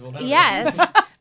yes